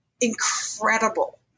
incredible